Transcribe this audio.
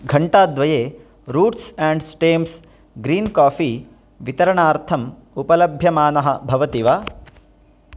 घण्टाद्वये roots and stems green coffee वितरणार्थम् उपलभ्यमानः भवति वा